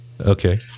Okay